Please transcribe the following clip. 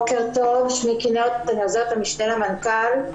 אני עוזרת המשנה למנכ"ל.